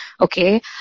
Okay